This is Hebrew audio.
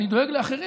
אני דואג לאחרים,